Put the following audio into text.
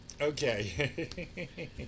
Okay